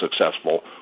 successful